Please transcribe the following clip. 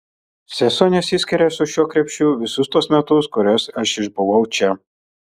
sesuo nesiskiria su šiuo krepšiu visus tuos metus kuriuos aš išbuvau čia